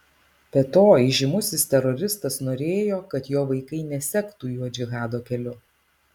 be to įžymusis teroristas norėjo kad jo vaikai nesektų juo džihado keliu